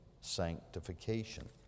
sanctification